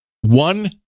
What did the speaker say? One